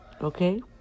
Okay